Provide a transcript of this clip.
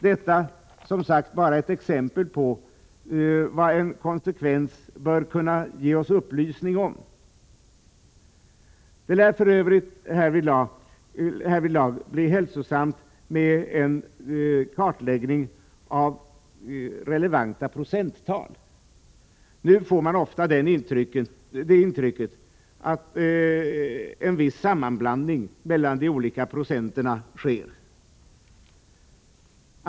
Detta sagt bara som ett exempel på vad en konsekvensanalys bör kunna ge oss upplysning om. Det lär för övrigt härvidlag bli hälsosamt med en kartläggning av relevanta procenttal. Nu får man ofta det intrycket att en viss sammanblandning mellan de olika procenttalen sker.